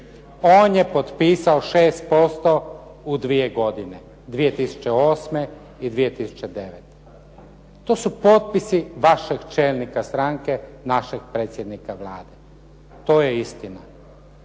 On je potpisao 6% u dvije godine, 2008. i 2009. To su potpisi vašeg čelnika stranke, našeg predsjednika Vlade. To je istina.